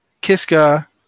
Kiska